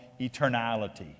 eternality